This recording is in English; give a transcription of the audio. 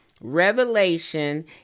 revelation